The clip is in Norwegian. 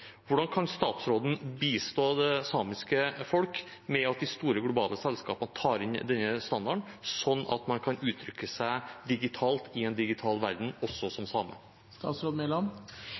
Hvordan kan statsråden bistå det samiske folk for at de store globale selskapene skal ta det inn i standarden, sånn at man kan uttrykke seg digitalt i en digital verden også som